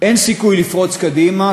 אין סיכוי לפרוץ קדימה,